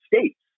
states